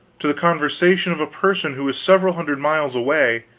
to the conversation of a person who was several hundred miles away,